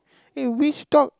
eh which dog